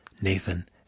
Nathan